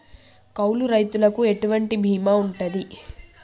కౌలు రైతులకు ఎటువంటి బీమా ఉంటది?